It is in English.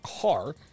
car